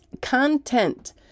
content